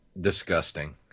disgusting